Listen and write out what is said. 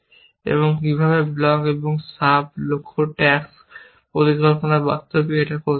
এবং কিভাবে ব্লক এই লক্ষ্য স্ট্যাক পরিকল্পনা বাস্তবিক এটা করতে হবে